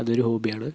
അതൊരു ഹോബിയാണ്